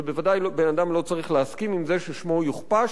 וודאי שבן-אדם לא צריך להסכים עם זה ששמו יוכפש,